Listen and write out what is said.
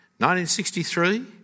1963